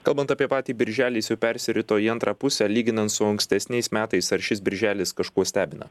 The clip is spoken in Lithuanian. kalbant apie patį birželį jis jau persirito į antrą pusę lyginant su ankstesniais metais ar šis birželis kažkuo stebina